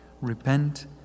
repent